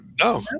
No